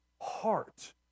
heart